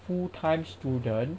full time student